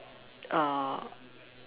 err